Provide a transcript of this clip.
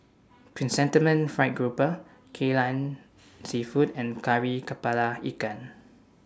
Chrysanthemum Fried Garoupa Kai Lan Seafood and Kari Kepala Ikan